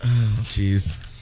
Jeez